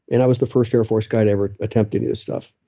and i was the first air force guy to ever attempted this stuff